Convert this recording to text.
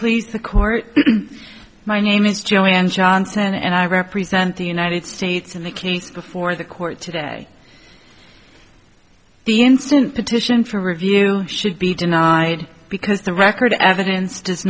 please the court my name is joe and johnson and i represent the united states in the case before the court today the instant petition for review should be denied because the record evidence does